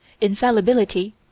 Infallibility